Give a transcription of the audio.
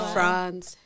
France